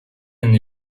and